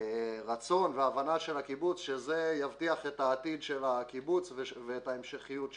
רצון והבנה של הקיבוץ שזה יבטיח את העתיד של הקיבוץ ואת ההמשכיות שלו.